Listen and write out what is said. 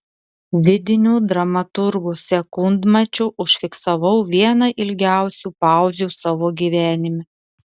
vidiniu dramaturgo sekundmačiu užfiksavau vieną ilgiausių pauzių savo gyvenime